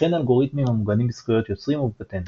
וכן אלגוריתמים המוגנים בזכויות יוצרים או בפטנטים.